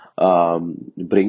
bring